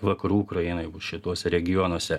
vakarų ukrainoj šituose regionuose